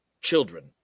children